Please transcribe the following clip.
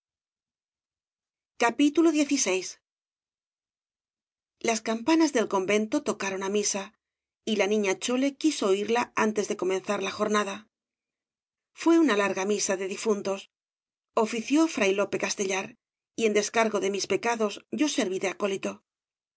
de bradomin as campanas del convento tocaron á misa y la niña chole quiso oiría antes de comenzar la jornada fué una larga misa de difuntos ofició fray lope castellar y en descargo de mis pecados yo serví de acólito